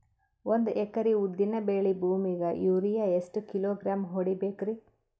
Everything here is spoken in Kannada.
ಒಂದ್ ಎಕರಿ ಉದ್ದಿನ ಬೇಳಿ ಭೂಮಿಗ ಯೋರಿಯ ಎಷ್ಟ ಕಿಲೋಗ್ರಾಂ ಹೊಡೀಬೇಕ್ರಿ?